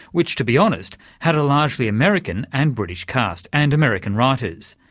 which to be honest, had a largely american and british cast and american writers.